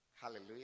hallelujah